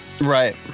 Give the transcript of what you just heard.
right